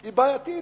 היא בעייתית,